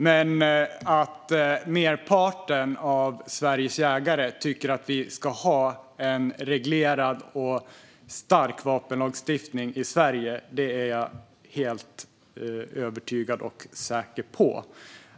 Men att merparten av Sveriges jägare tycker att vi ska ha en reglerad och stark vapenlagstiftning i Sverige är jag helt övertygad om och säker på.